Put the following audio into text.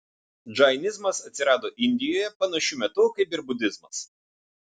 džainizmas atsirado indijoje panašiu metu kaip ir budizmas